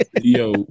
Yo